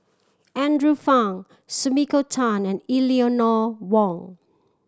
Andrew Phang Sumiko Tan and Eleanor Wong